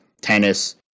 tennis